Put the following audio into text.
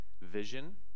Vision